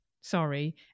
sorry